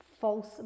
false